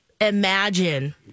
Imagine